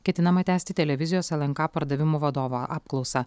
ketinama tęsti televizijos lnk pardavimų vadovo apklausą